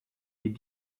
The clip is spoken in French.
les